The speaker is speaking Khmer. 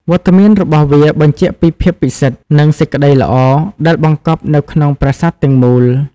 វត្តមានរបស់វាបញ្ជាក់ពី ភាពពិសិដ្ឋ និងសេចក្តីល្អ ដែលបង្កប់នៅក្នុងប្រាសាទទាំងមូល។